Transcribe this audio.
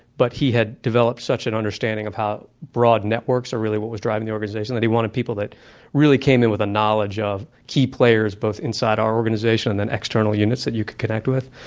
but he had developed such an understanding of how broad networks are really what was driving the organization, that he wanted people that really came in with a knowledge of key players, both inside of our organization and then external units that you could connect with.